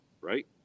right